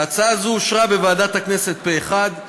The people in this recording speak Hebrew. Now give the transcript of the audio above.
ההצעה הזאת אושרה בוועדת הכנסת פה אחד.